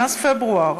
מאז פברואר